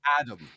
Adam